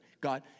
God